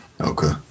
okay